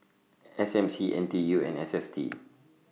S M C N T U and S S T